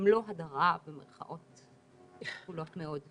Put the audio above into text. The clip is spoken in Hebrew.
במלוא הדרה במרכאות כפולות מאוד.